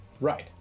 Right